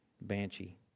banshee